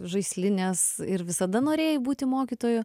žaislinės ir visada norėjai būti mokytoju